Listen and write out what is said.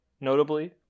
notably